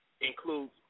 includes